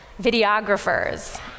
videographers